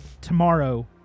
tomorrow